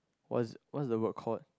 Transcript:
what's what's the word called